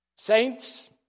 Saints